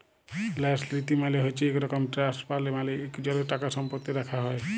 ল্যাস লীতি মালে হছে ইক রকম ট্রাস্ট ফাল্ড মালে ইকজলের টাকাসম্পত্তি রাখ্যা হ্যয়